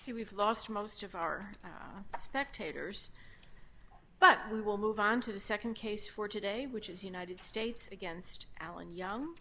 see we've lost most of our spectators but we will move on to the nd case for today which is united states against alan young